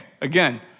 Again